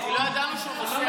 כי לא ידענו שהוא נוסע.